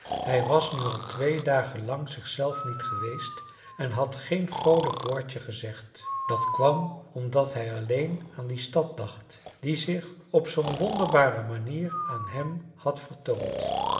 hij was nu al twee dagen lang zichzelf niet geweest en had geen vroolijk woordje gezegd dat kwam omdat hij alleen aan die stad dacht die zich op zoo'n wonderbare manier aan hem had vertoond